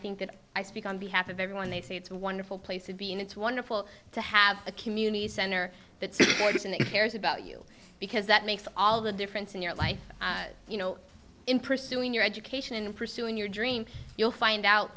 think that i speak on behalf of everyone they say it's a wonderful place to be and it's wonderful to have a community center that works and it cares about you because that makes all the difference in your life you know in pursuing your education and pursuing your dream you'll find out